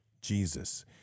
Jesus